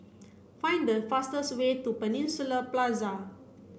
find the fastest way to Peninsula Plaza